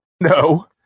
No